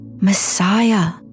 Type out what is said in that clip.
Messiah